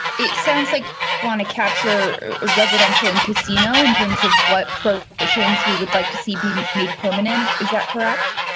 it sounds like we want to capture residential in casino, in terms of what prohibitions we would like to see be made permanent. is that correct?